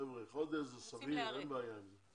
חברה, חודש זה סביר, אין בעיה עם זה.